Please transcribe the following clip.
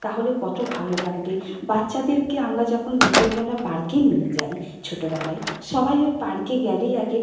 তাহলে কত ভালো লাগবে বাচ্চাদেরকে আমরা যখন বিকেলবেলা পার্কে নিয়ে যাই ছোটোবেলায় সবাই ওই পার্কে গেলেই আগে